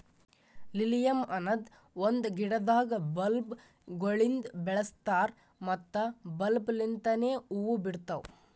lilium ಅನದ್ ಒಂದು ಗಿಡದಾಗ್ ಬಲ್ಬ್ ಗೊಳಿಂದ್ ಬೆಳಸ್ತಾರ್ ಮತ್ತ ಬಲ್ಬ್ ಲಿಂತನೆ ಹೂವು ಬಿಡ್ತಾವ್